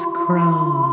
crown